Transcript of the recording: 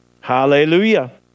Hallelujah